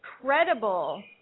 incredible